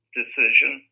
decision